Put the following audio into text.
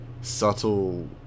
subtle